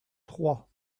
trois